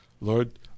Lord